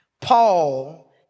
Paul